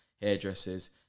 hairdressers